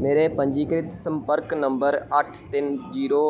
ਮੇਰੇ ਪੰਜੀਕ੍ਰਿਤ ਸੰਪਰਕ ਨੰਬਰ ਅੱਠ ਤਿੰਨ ਜੀਰੋ